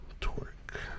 Torque